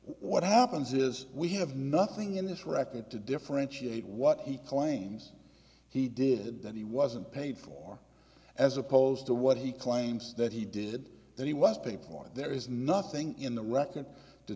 what happens is we have nothing in this record to differentiate what he claims he did that he wasn't paid for as opposed to what he claims that he did that he was pay point there is nothing in the